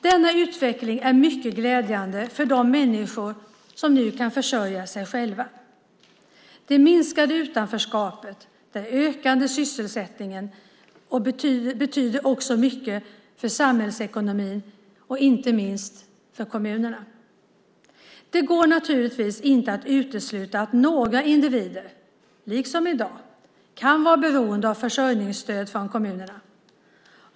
Denna utveckling är mycket glädjande för de människor som nu kan försörja sig själva. Det minskade utanförskapet och den ökande sysselsättningen betyder också mycket för samhällsekonomin, inte minst för kommunerna. Det går naturligtvis inte att utesluta att några individer liksom i dag kan vara beroende av försörjningsstöd från kommunerna.